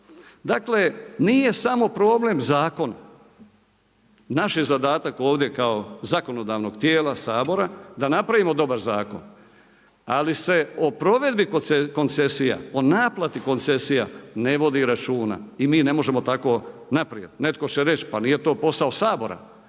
Dakle, nije samo problem zakon. Naš je zadatak ovdje kao zakonodavnog tijela Sabora da napravimo dobar zakon. Ali se o provedbi koncesija, o naplati koncesija ne vodi računa i mi ne možemo tako naprijed. Netko će reći, pa nije to posao Sabora.